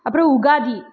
அப்புறம் யுஹாதி